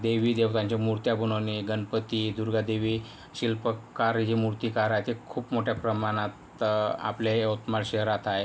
देवीदेवतांचे मूर्त्या बनवणे गणपती दुर्गादेवी शिल्पकार जे मूर्तिकार आहे ते खूप मोठ्या प्रमाणात आपल्या यवतमाळ शहरात आहे